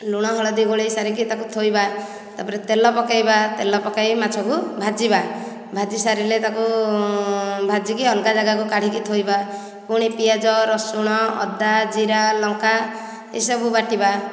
ଲୁଣ ହଳଦି ଗୋଳେଇ ସାରିକି ତାକୁ ଥୋଇବା ତାପରେ ତେଲ ପକାଇବା ତେଲ ପକାଇ ମାଛକୁ ଭାଜିବା ଭାଜି ସାରିଲେ ତାକୁ ଭାଜିକି ଅଲଗା ଜାଗାକୁ କାଢ଼ିକି ଥୋଇବା ପୁଣି ପିଆଜ ରସୁଣ ଅଦା ଜିରା ଲଙ୍କା ଏସବୁ ବାଟିବା